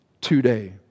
today